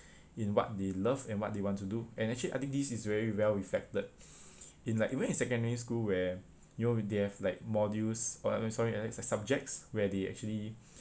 in what they love and what they want to do and actually I think this is very well reflected in like even in secondary school where you know they have like modules or I'm sorry I mean subjects where they actually